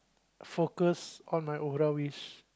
focus on my oral which